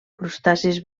crustacis